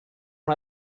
one